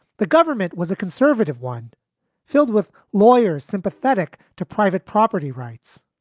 the government was a conservative one filled with lawyers sympathetic to private property rights.